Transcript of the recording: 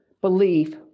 belief